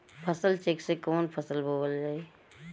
फसल चेकं से कवन फसल बोवल जाई?